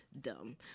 dumb